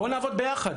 בואו נעבוד ביחד.